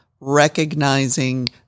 recognizing